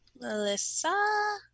Melissa